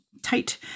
tight